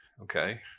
okay